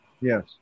Yes